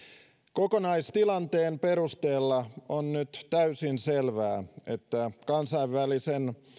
kokonaistilanteen perusteella on nyt täysin selvää että kansainvälisen